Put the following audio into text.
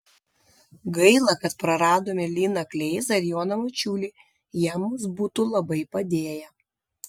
gaila kad praradome liną kleizą ir joną mačiulį jie mums būtų labai padėję